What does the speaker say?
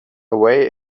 away